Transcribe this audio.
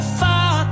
far